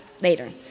later